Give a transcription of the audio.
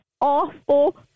awful